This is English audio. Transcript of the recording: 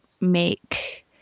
make